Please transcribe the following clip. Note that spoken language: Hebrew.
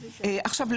עכשיו,